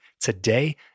today